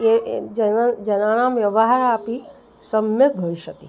ए ए जन जनानां व्यवहारः अपि सम्यक् भविष्यति